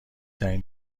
ترین